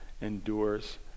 endures